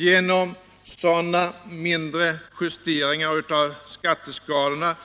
Genom sådana mindre justeringar av skatteskalorna